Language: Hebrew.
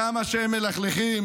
כמה שהם מלכלכים,